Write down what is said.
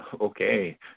okay